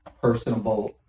personable